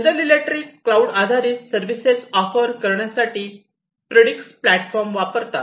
general Electric cloud आधारित services offer करण्यासाठी Predix platform वापरतात